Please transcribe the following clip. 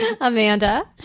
Amanda